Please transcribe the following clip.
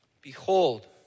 Behold